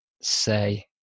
say